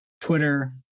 twitter